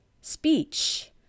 speech